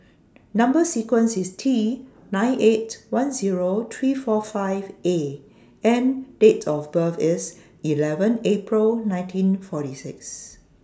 Number sequence IS T nine eight one Zero three four five A and Date of birth IS eleven April nineteen forty six